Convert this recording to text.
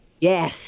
Yes